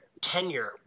tenure